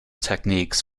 techniques